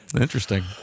Interesting